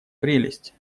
прелесть